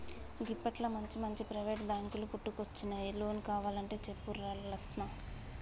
గిప్పట్ల మంచిమంచి ప్రైవేటు బాంకులు పుట్టుకొచ్చినయ్, లోన్ కావలంటే చెప్పురా లస్మా